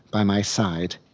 by my side,